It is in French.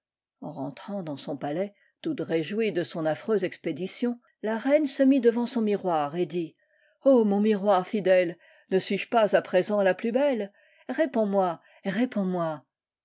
en rentrant dans son palais toute réjouie de on affreuse expédition la reine se mit devant son miroir et dit mon miroir fidèle ne suis-je pas à présent la plus belle réponds-moi réponds-moi